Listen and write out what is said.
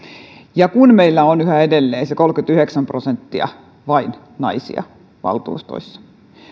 sillä meillä on yhä edelleen vain se kolmekymmentäyhdeksän prosenttia naisia valtuustoissa